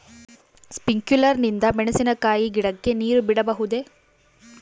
Sprinkler ನಿಂದ ಮೆಣಸಿನಕಾಯಿ ಗಿಡಕ್ಕೆ ನೇರು ಬಿಡಬಹುದೆ?